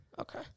Okay